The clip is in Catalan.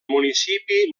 municipi